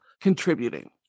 contributing